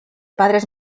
padres